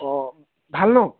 অঁ ভাল ন